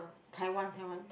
Taiwan Taiwan